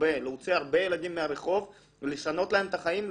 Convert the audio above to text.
להוציא הרבה ילדים מהרחוב ולשנות להם את החיים,